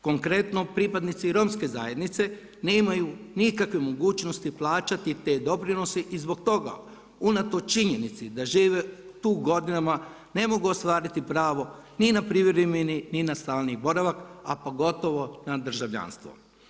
Konkretno pripadnici romske zajednice nemaju nikakve mogućnosti plaćati te doprinose i zbog toga unatoč činjenici da žive tu godinama ne mogu ostvariti pravo ni na privremeni, ni na stalni boravak, a pogotovo na državljanstvo.